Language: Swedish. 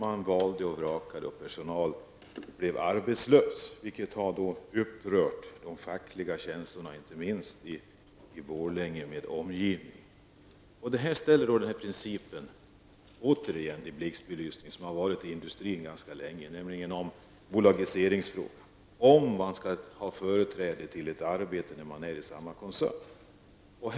Man valde och vrakade medan personalen i den gamla butiken blev arbetslös, vilket har rört upp fackliga känslor inte minst i Borlänge med omgivning. Det här ställer återigen bolagiseringsfrågan inom industrin i blixtbelysning: Skall man ha företräde till ett arbete när man är anställd inom samma koncern?